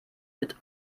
mit